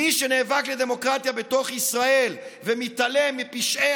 מי שנאבק על דמוקרטיה בתוך ישראל ומתעלם מפשעי